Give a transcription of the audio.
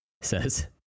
says